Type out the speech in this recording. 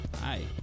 Hi